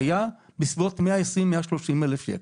היה בסביבות 120,000-130,000 שקל.